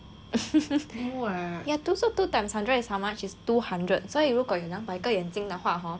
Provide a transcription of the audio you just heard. ya two so two times hundred is how much is two hundred 所以如果有两百个眼镜的话 hor